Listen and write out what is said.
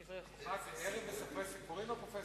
זה ערב מספרי סיפורים?